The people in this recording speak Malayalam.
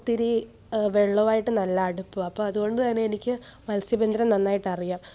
ഒത്തിരി വെള്ളവുമായിട്ട് നല്ല അടുപ്പമാണ് അപ്പോൾ അതുകൊണ്ടു തന്നെ എനിക്ക് മത്സ്യബന്ധനം നന്നായിട്ട് അറിയാം